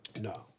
No